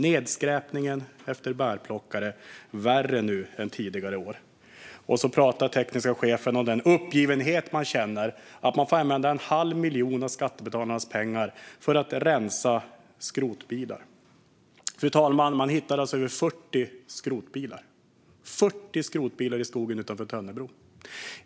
Nedskräpningen efter bärplockare är värre nu än tidigare år. Den tekniska chefen pratar om den uppgivenhet man känner över att man får använda en halv miljon av skattebetalarnas pengar för att rensa bort skrotbilar. Man har hittat över 40 skrotbilar, fru talman, 40 skrotbilar i skogen utanför Tönnebro.